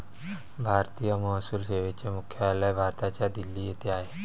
भारतीय महसूल सेवेचे मुख्यालय भारताच्या दिल्ली येथे आहे